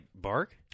bark